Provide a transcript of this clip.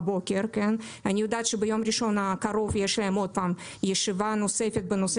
אני יודעת שיש להם ביום ראשון הקרוב ישיבה נוספת בנושא